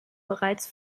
bereits